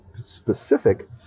specific